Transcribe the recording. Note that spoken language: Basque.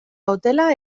hotela